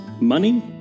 Money